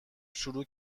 شروع